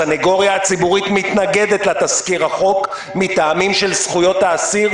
הסניגוריה הציבורית מתנגדת לתזכיר החוק מטעמים של זכויות האסיר,